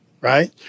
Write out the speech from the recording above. right